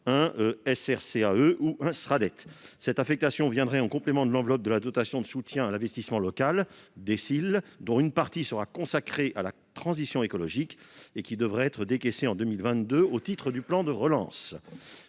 5 euros par habitant. Cette affectation viendrait en complément de l'enveloppe de la dotation de soutien à l'investissement local (DSIL). Une partie serait consacrée à la transition écologique et devrait être décaissée en 2022 au titre du plan de relance,